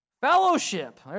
Fellowship